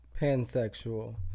pansexual